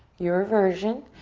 your version.